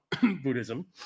Buddhism